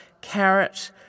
carrot